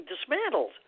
dismantled